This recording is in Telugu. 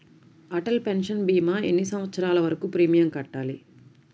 అటల్ పెన్షన్ భీమా ఎన్ని సంవత్సరాలు వరకు ప్రీమియం కట్టాలి?